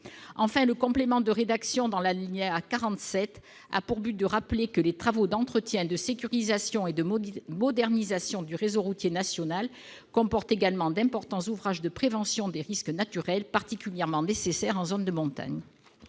Enfin, le complément rédactionnel, à l'alinéa 47, a pour objet de rappeler que les travaux d'entretien, de sécurisation et de modernisation du réseau routier national concernent également d'importants ouvrages de prévention des risques naturels, particulièrement nécessaires en zone de montagne.